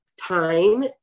time